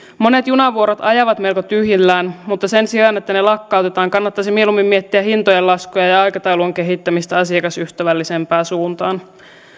monet junavuorot ajavat melko tyhjillään mutta sen sijaan että ne lakkautetaan kannattaisi mieluummin miettiä hintojen laskuja ja ja aikataulujen kehittämistä asiakasystävällisempään suuntaan